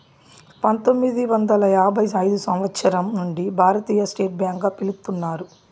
పంతొమ్మిది వందల యాభై ఐదు సంవచ్చరం నుండి భారతీయ స్టేట్ బ్యాంక్ గా పిలుత్తున్నారు